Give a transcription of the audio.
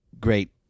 great